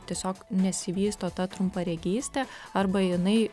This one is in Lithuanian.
tiesiog nesivysto ta trumparegystė arba jinai